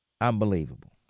Unbelievable